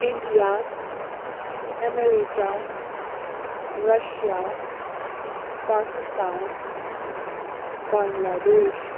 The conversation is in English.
India America Russia Pakistan Bangladesh